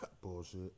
Bullshit